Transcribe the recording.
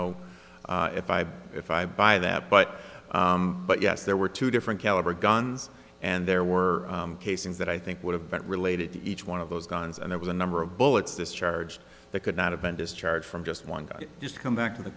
know if i if i buy that but but yes there were two different caliber guns and there were casings that i think would have bet related to each one of those guns and there was a number of bullets discharged that could not have been discharged from just one guy just come back to the